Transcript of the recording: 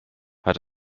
hat